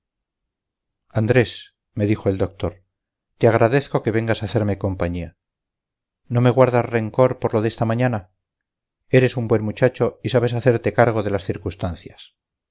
andrés me dijo el doctor te agradezco que vengas a hacerme compañía no me guardas rencor por lo de esta mañana eres un buen muchacho y sabes hacerte cargo de las circunstancias